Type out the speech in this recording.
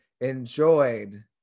enjoyed